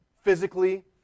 physically